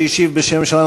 שהשיב בשם הממשלה,